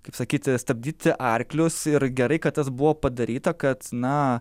kaip sakyti stabdyti arklius ir gerai kad tas buvo padaryta kad na